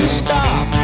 stop